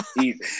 Easy